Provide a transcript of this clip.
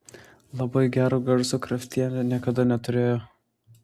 labai gero garso kraftienė niekada neturėjo